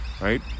Right